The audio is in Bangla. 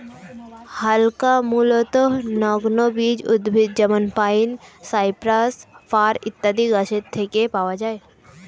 হালকা কাঠ মূলতঃ নগ্নবীজ উদ্ভিদ যেমন পাইন, সাইপ্রাস, ফার ইত্যাদি গাছের থেকে পাওয়া যায়